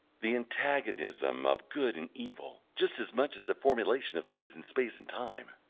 the antagonism of good and evil, just as much as the formulation of things in space and time,